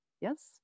Yes